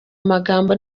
amagambo